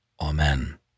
Amen